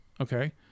okay